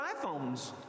iPhones